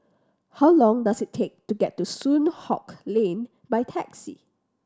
how long does it take to get to Soon Hock Lane by taxi